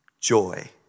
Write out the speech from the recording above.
joy